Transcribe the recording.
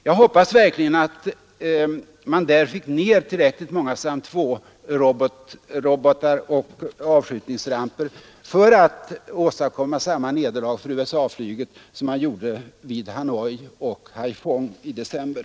Jag hoppas verkligen att man där fått ned tillräckligt många avskjutningsramper och SAM-2-robotar för att åstadkomma samma nederlag för USA-flyget som i Hanoi och Haipong i december.